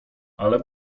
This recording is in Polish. ale